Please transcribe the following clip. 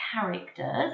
characters